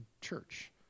church